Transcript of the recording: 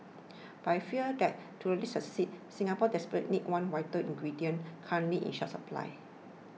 but I fear that to really succeed Singapore desperately needs one vital ingredient currently in short supply